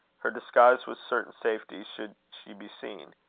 her disguise was certain safety, should she be seen.